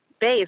base